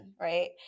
right